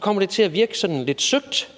kommer det til at virke sådan lidt søgt.